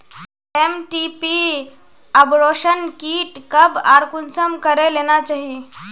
MTP abortion kit कब आर कुंसम करे लेना चही?